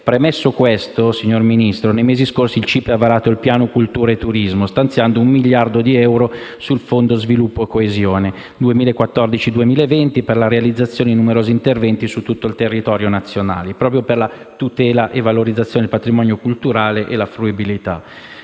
Premesso questo, signor Ministro, nei mesi scorsi il CIPE ha varato il Piano cultura e turismo, stanziando un miliardo di euro del fondo sviluppo e coesione 2014-2020 per la realizzazione di numerosi interventi su tutto il territorio nazionale, finalizzati alla tutela del patrimonio culturale e per